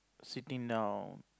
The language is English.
sitting down